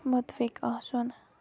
مُتفِق آسُن